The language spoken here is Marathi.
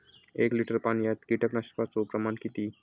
एक लिटर पाणयात कीटकनाशकाचो प्रमाण किती?